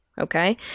okay